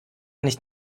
nicht